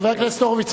חבר הכנסת הורוביץ,